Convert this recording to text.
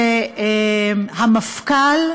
שהמפכ"ל